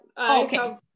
Okay